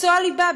מקצוע ליבה.